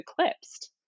eclipsed